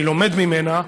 אני לומד ממנה,